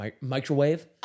microwave